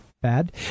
bad